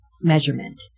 measurement